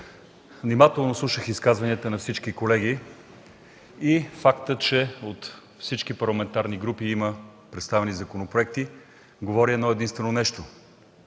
Внимателно слушах изказванията на всички колеги. Фактът, че от всички парламентарни групи има представени законопроекти говори за едно-единствено нещо,